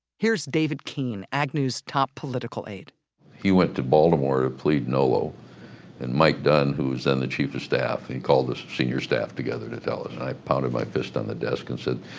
here's david keene, agnew's top political aide he went to baltimore to plead nolo and mike dunn who was then the chief of staff and called the senior staff together to tell us. and i pounded my fist on the desk and said,